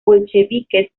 bolcheviques